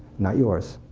not yours,